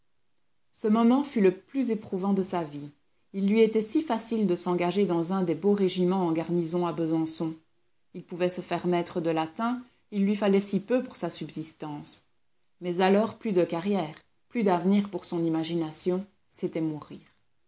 ce moment fut le plus éprouvant de sa vie il lui était si facile de s'engager dans un des beaux régiments en garnison à besançon il pouvait se faire maître de latin il lui fallait si peu pour sa subsistance mais alors plus de carrière plus d'avenir pour son imagination c'était mourir